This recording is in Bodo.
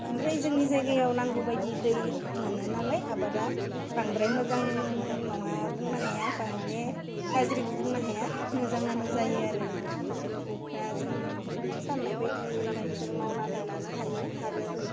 ओमफ्राय जोंनि जायगायाव नांगौ बायदि दै मोनो नालाइ आबादा बांद्राय मोजां नङा बुंनो हाया बा माने गाज्रिबो बुंनो हाया मोजाङानो जायो आरो दा जों सान्नाय बायदि जों मावनानै लानो हायो आरो